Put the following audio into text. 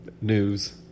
news